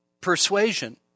persuasion